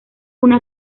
una